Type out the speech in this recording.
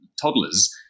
toddlers